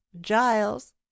giles